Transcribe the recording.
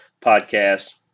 podcast